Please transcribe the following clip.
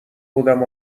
بودم